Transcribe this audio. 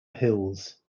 hills